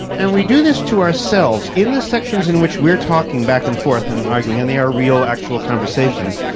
and we do this to ourselves. in the sections in which we are talking back and forth and arguing, and they are real, actual conversations,